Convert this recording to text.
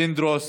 פינדרוס